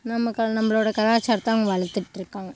நமக்கான நம்மளோட கலாச்சாரத்தை அவங்க வளர்த்துட்டு இருக்காங்க